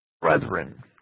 brethren